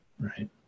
right